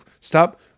Stop